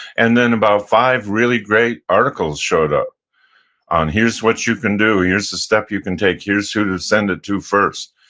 and then about five really great articles showed up on here's what you can do, here's the step you can take, here's who to send it to first.